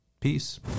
Peace